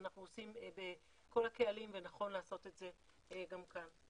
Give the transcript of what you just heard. אנחנו עושים בכל הקהלים ונכון לעשות את זה גם כאן.